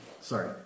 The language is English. sorry